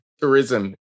tourism